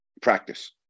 practice